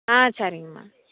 ஆ சரிங்கம்மா